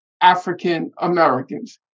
African-Americans